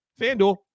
FanDuel